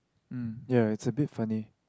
um ya it's a bit funny